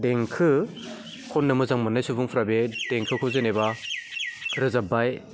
देंखो खननो मोजां मोननाय सुबुंफ्रा बे देंखोखौ जेनेबा रोजाबबाय